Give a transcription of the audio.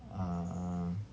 uh